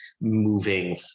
moving